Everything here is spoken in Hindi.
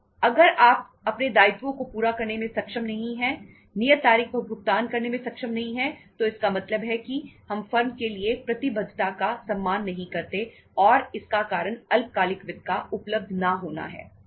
अगर आप अपने दायित्वों को पूरा करने में सक्षम नहीं है नियत तारीख पर भुगतान करने में सक्षम नहीं है तो इसका मतलब है कि हम फर्म के लिए प्रतिबद्धता का सम्मान नहीं करते और इसका कारण अल्पकालिक वित्त का उपलब्ध ना होना है